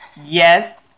yes